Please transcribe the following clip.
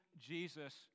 Jesus